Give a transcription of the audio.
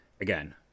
again